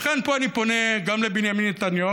לכן פה אני פונה גם לבנימין נתניהו,